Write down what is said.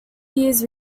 years